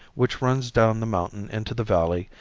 which runs down the mountain into the valley,